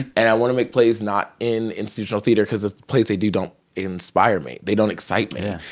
and i want to make plays not in institutional theater because the plays they do don't inspire me. they don't excite me.